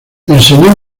enseñó